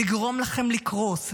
לגרום לכם לקרוס,